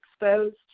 exposed